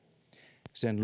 sen